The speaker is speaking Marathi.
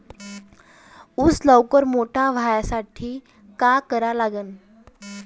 ऊस लवकर मोठा व्हासाठी का करा लागन?